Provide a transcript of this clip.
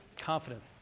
Confident